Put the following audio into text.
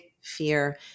fear